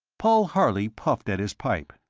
paul harley puffed at his pipe.